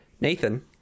Nathan